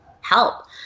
help